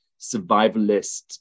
survivalist